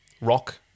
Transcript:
rock